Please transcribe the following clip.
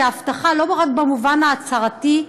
הבטחה לא רק במובן ההצהרתי,